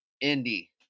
Indy